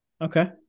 Okay